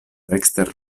ekster